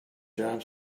job